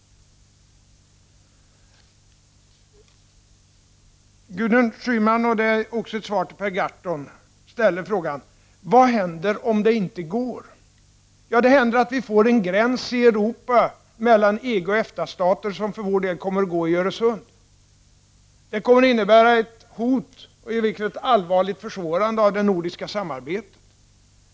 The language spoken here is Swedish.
Gudrun Schyman ställde frågan, och låt mig säga detta som ett svar också till Per Gahrton: Vad händer om det inte går? Ja, vi får då en gräns mellan EG och EFTA-stater som för vår del kommer att ligga i Öresund. Det kommer att innebära ett hot om ett allvarligt försvårande av det nordiska samarbetet.